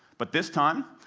but this time,